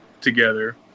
together